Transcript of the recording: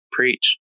Preach